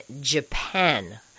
Japan